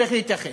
צריך להתייחס.